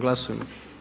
Glasujmo.